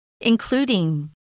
Including